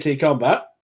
Combat